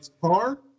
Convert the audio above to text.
Car